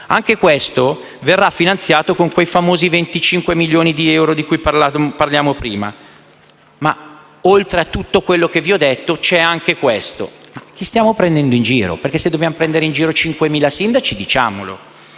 anche questo verrà finanziato con quei famosi 25 milioni di euro di cui parlavo prima. Oltre a tutto quello che vi ho detto, c'è anche questo. Ma stiamo prendendo in giro? Se dobbiamo prendere in giro 5.000 sindaci, diciamolo.